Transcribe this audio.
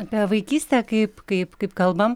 apie vaikystę kaip kaip kaip kalbam